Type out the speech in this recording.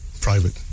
private